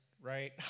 right